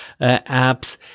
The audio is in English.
apps